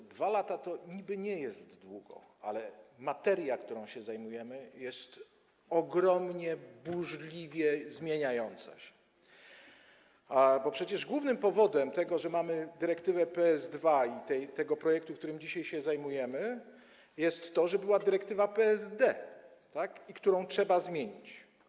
Te 2 lata to niby nie jest długo, ale materia, którą się zajmujemy, jest ogromnie, burzliwie zmieniająca się, bo przecież głównym powodem tego, że mamy dyrektywę PSD 2 i ten projekt, którym dzisiaj się zajmujemy, jest to, że była dyrektywa PSD, którą trzeba zmienić.